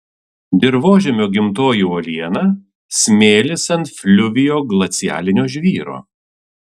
dirvožemio gimtoji uoliena smėlis ant fliuvioglacialinio žvyro